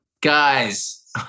Guys